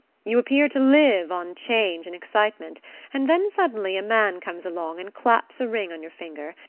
you appear to live on change and excitement and then suddenly a man comes along and claps a ring on your finger,